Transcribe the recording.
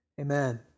amen